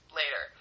later